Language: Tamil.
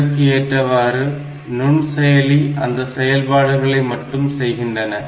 இதற்கு ஏற்றவாறு நுண்செயலி அந்த செயல்பாடுகளை மட்டும் செய்கின்றன